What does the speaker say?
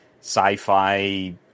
sci-fi